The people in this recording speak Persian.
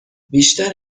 بیشتر